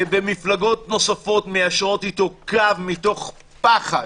ומפלגות נוספות מיישרות איתו קו מתוך פחד.